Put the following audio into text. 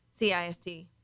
CISD